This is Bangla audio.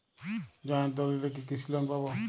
জয়েন্ট দলিলে কি কৃষি লোন পাব?